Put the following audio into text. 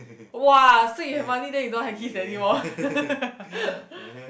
!wah! so you have money then you don't want to have kids anymore